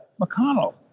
McConnell